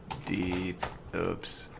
the poops